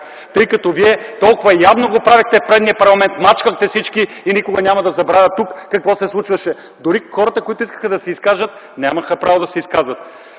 Тъй като вие толкова явно го правехте в предния парламент, мачкахте всички! Никога няма да забравя тук какво се случваше! Дори и хората, които искаха да се изкажат, нямаха правото да се изказват.